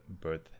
birth